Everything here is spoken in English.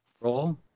roll